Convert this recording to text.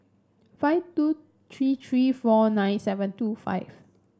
five two three three four nine seven two five